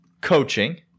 coaching